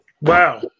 Wow